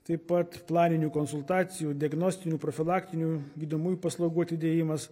taip pat planinių konsultacijų diagnostinių profilaktinių gydomųjų paslaugų atidėjimas